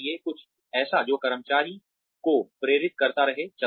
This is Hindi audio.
कुछ ऐसा जो कर्मचारी को प्रेरित करता रहे चलता रहे